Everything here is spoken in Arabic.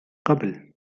قبل